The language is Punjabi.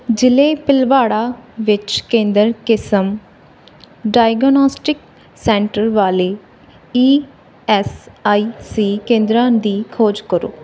ਜ਼ਿਲ੍ਹੇ ਭੀਲਵਾੜਾ ਵਿੱਚ ਕੇਂਦਰ ਕਿਸਮ ਡਾਇਗਨੌਸਟਿਕਸ ਸੈਂਟਰ ਵਾਲੇ ਈ ਐੱਸ ਆਈ ਸੀ ਕੇਂਦਰਾਂ ਦੀ ਖੋਜ ਕਰੋ